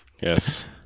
Yes